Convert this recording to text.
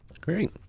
Great